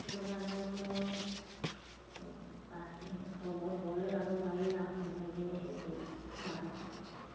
সেইটো কাৰণে বোলো তাত ওচৰৰ বৰ দূৰলৈ যাব নোৱাৰি আৰু সোণাৰিতে হেৰি কৰি যাম আৰু